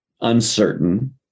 uncertain